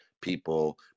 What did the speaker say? people